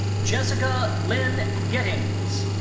jessica lynn gettings.